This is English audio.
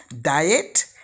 diet